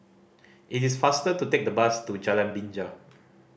it is faster to take the bus to Jalan Binja